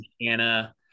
anna